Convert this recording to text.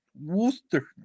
Worcester